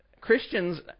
Christians